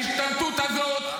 -- להשתמטות הזאת.